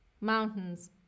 mountains